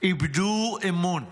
איבדו אמון,